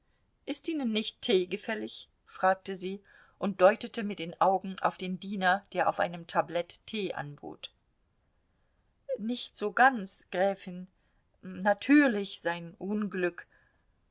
ist ihnen nicht tee gefällig fragte sie und deutete mit den augen auf den diener der auf einem tablett tee anbot nicht so ganz gräfin natürlich sein unglück